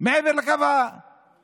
מעבר לקו הירוק,